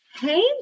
Hey